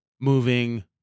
moving